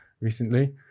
recently